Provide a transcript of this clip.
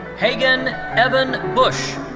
hagan evan bush.